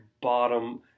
bottom